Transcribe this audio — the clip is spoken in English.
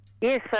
Yes